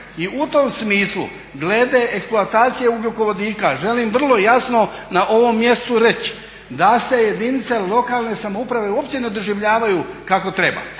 i u tom smislu glede eksploatacije ugljikovodika želim vrlo jasno na ovom mjestu reći da se jedinice lokalne samouprave uopće ne doživljavaju kako treba.